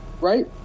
Right